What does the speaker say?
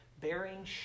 bearing